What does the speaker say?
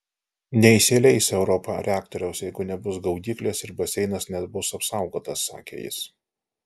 neįsileis europa reaktoriaus jeigu nebus gaudyklės ir baseinas nebus apsaugotas sakė jis